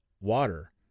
water